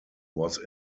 was